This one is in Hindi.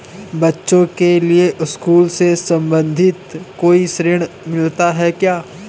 बच्चों के लिए स्कूल से संबंधित कोई ऋण मिलता है क्या?